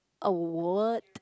a what